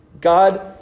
God